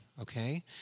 okay